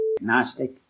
Gnostic